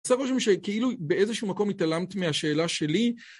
סתם חושבים שכאילו באיזשהו מקום התעלמת מהשאלה שלי.